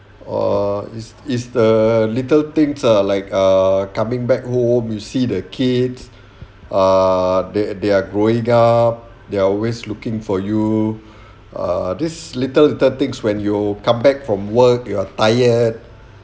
oh is is the little things ah like uh coming back home you see the kids uh they are they are growing up they are always looking for you err this little tactics when you come back from work you are tired